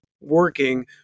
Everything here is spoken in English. working